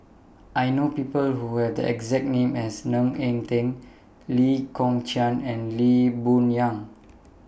I know People Who Have The exact name as Ng Eng Teng Lee Kong Chian and Lee Boon Yang